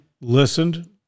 listened